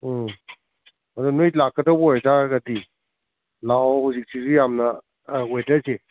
ꯑꯗꯨ ꯅꯣꯏ ꯂꯥꯛꯀꯗꯧꯕ ꯑꯣꯏꯇꯥꯔꯒꯗꯤ ꯂꯥꯛꯑꯣ ꯍꯧꯖꯤꯛꯁꯤꯁꯨ ꯌꯥꯝꯅ ꯋꯦꯗꯔꯁꯦ